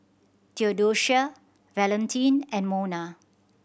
Theodocia Valentin and Mona